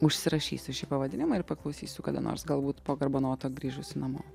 užsirašysiu šį pavadinimą ir paklausysiu kada nors galbūt po garbanoto grįžusi namo